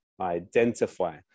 identify